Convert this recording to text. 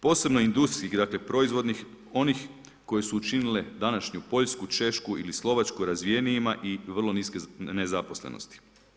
Posebno industrijskih, dakle proizvodnih, onih koje su učinile današnju Poljsku, Češku ili Slovačku razvijenijima i vrlo niske nezaposlenosti.